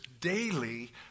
daily